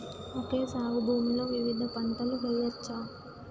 Okay సాగు భూమిలో వివిధ పంటలు వెయ్యచ్చా?